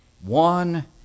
one